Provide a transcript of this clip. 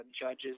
judges